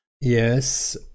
yes